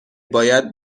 باید